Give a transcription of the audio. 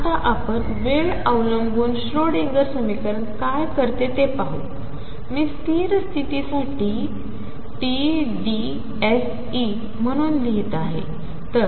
तर आताआपणवेळअवलंबूनश्रोडिंगरसमीकरणकायकरतोतेपाहू मीस्थिरस्तितीसाठी TDSE म्हणूनलिहितआहे